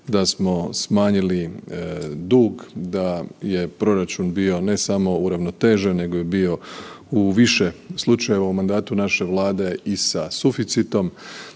da smo smanjili dug, da je proračun bio ne samo uravnotežen nego je bio u više slučajeva u mandatu naše Vlade i sa suficitom,